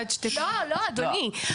לא לא, אדוני.